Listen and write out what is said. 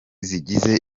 zigize